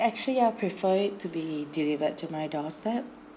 actually I prefer it to be delivered to my doorstep